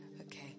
okay